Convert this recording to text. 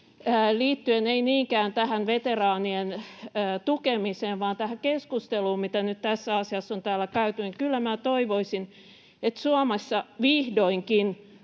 liittyen ei niinkään tähän veteraanien tukemiseen vaan tähän keskusteluun, mitä nyt tässä asiassa on täällä käyty, kyllä toivoisin, että Suomessa vihdoinkin